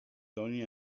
tony